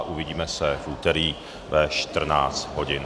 Uvidíme se v úterý ve 14 hodin.